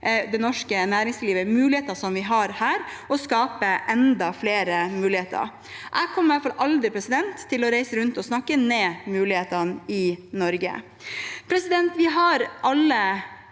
det norske næringslivet og mulighetene vi har her, og skape enda flere muligheter. Jeg kommer i hvert fall aldri til å reise rundt og snakke ned mulighetene i Norge. Vi har alle